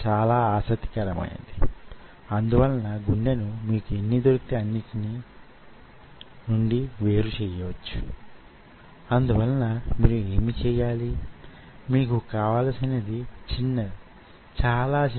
మనం ఆ విధంగా 8వ వారపు మొదటి చర్చలోకి ప్రవేశించాలి